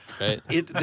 right